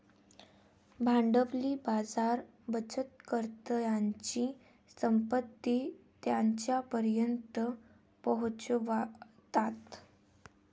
भांडवली बाजार बचतकर्त्यांची संपत्ती त्यांच्यापर्यंत पोहोचवतात